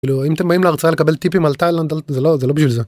אם אתם באים להרצאה לקבל טיפים על תאילנד, זה לא בשביל זה.